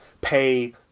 pay